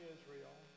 Israel